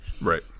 Right